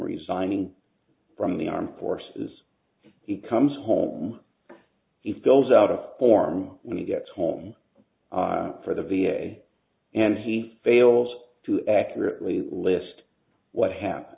resigning from the armed forces he comes home he fills out a form when he gets home for the v a and he fails to accurately list what happened